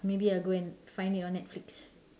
maybe I go and find it on netflix